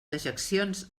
dejeccions